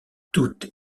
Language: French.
toutes